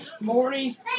Morty